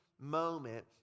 moment